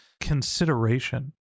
consideration